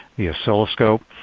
the oscilloscope.